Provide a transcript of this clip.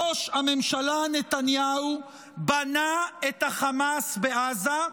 ראש הממשלה נתניהו בנה את החמאס בעזה,